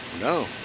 No